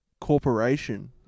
corporation